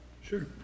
Sure